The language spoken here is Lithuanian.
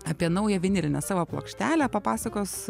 apie naują vinilinę savo plokštelę papasakos